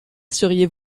seriez